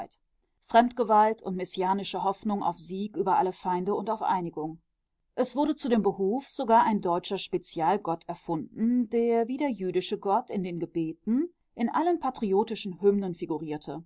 fremdgewalt und messianische hoffnung auf sieg über alle feinde und auf einigung es wurde zu dem behuf sogar ein deutscher spezialgott erfunden der wie der jüdische gott in den gebeten in allen patriotischen hymnen